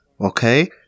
okay